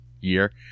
year